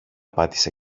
πάτησε